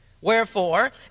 Wherefore